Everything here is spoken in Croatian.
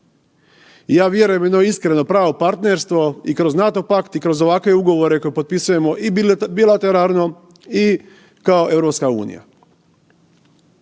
Ja vjerujem u jedno iskreno pravo partnerstvo i kroz NATO pakt i kroz ovakve ugovore kad potpisujemo i bilateralno i kao EU i tu priča